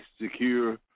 secure